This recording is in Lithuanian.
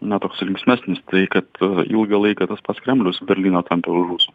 na toks linksmesnis tai kad ilgą laiką tas pats kremlius berlyną tampė už ūsų